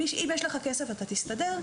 אם יש לך כסף אתה תסתדר,